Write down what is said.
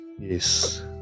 yes